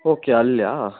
okay ಅಲ್ಲ